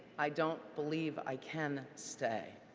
i don't believe i can stay.